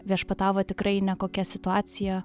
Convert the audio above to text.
viešpatavo tikrai nekokia situacija